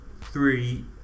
three